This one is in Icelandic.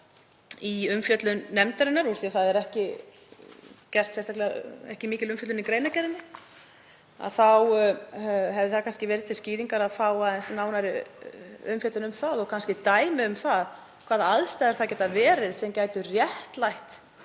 í umfjöllun nefndarinnar. Úr því að ekki er sérstaklega mikil umfjöllun í greinargerðinni þá hefði það kannski verið til skýringar að fá aðeins nánari umfjöllun um það og kannski dæmi um það hvaða aðstæður það gætu verið sem gætu réttlætt